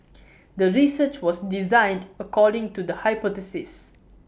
the research was designed according to the hypothesis